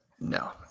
No